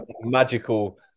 Magical